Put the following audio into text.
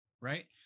Right